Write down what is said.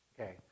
okay